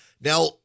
Now